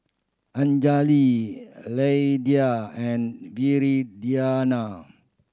Anjali Lydia and Viridiana